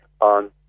on